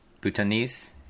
Bhutanese